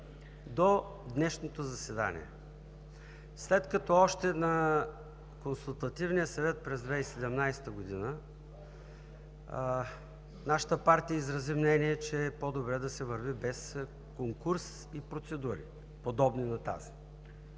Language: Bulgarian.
до днешното заседание, след като още на Консултативния съвет през 2017 г. нашата партия изрази мнение, че е по-добре да се върви без конкурс и процедури, подобни на тази.